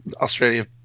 australia